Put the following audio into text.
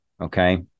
Okay